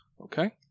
Okay